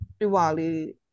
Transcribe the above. Diwali